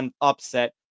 upset